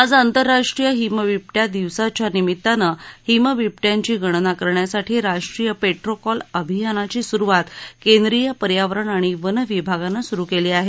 आज आंतरराष्ट्रीय हिमबिबटया दिवसाच्या निमित्तानं हिमबिबटयांची गणना करण्यासाठी राष्ट्रीय पोट्रोकॉल अभियानाची सुरुवात केंद्रीय पर्यावरण आणि वन विभागानं सुरु केली आहे